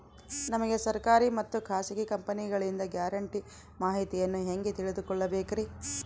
ನಮಗೆ ಸರ್ಕಾರಿ ಮತ್ತು ಖಾಸಗಿ ಕಂಪನಿಗಳಿಂದ ಗ್ಯಾರಂಟಿ ಮಾಹಿತಿಯನ್ನು ಹೆಂಗೆ ತಿಳಿದುಕೊಳ್ಳಬೇಕ್ರಿ?